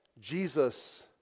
Jesus